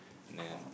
none